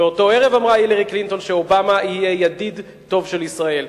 באותו ערב אמרה הילרי קלינטון שאובמה יהיה ידיד טוב של ישראל.